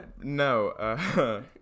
No